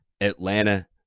Atlanta